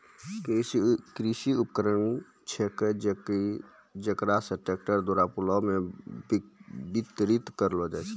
कृषि उपकरण छेकै जेकरा से ट्रक्टर द्वारा पुआल के बितरित करलो जाय छै